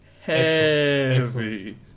Heavy